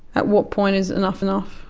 at what point is enough enough?